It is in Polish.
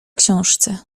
książce